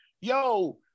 Yo